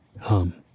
hum